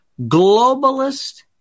Globalist